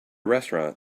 restaurant